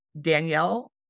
Danielle